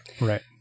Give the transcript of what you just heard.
Right